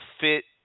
fit